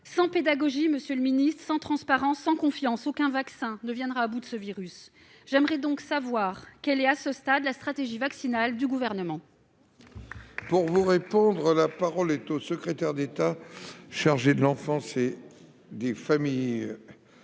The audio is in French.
Sans pédagogie, sans transparence, sans confiance, aucun vaccin ne viendra à bout de ce virus. J'aimerais donc savoir quelle est, à ce stade, la stratégie vaccinale du Gouvernement. La parole est à M. le secrétaire d'État chargé de l'enfance et des familles.